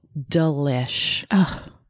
delish